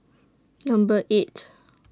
Number eight